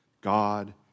God